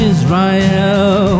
Israel